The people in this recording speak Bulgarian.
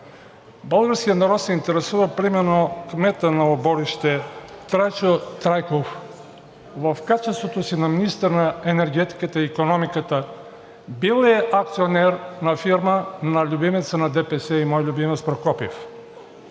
Българският народ се интересува примерно кметът на „Оборище“ Трайчо Трайков в качеството си на министър на енергетиката и икономиката бил ли е акционер на фирма на любимеца на ДПС и мой любимец Прокопиев?